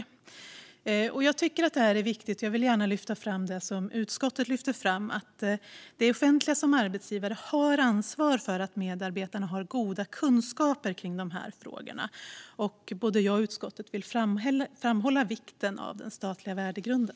Justitieombudsmän-nens ämbetsberättelse Jag tycker att detta är viktigt och vill gärna lyfta fram det som utskottet lyfter fram om att det offentliga som arbetsgivare har ansvar för att medarbetarna har goda kunskaper om de här frågorna. Både jag och utskottet vill framhålla vikten av den statliga värdegrunden.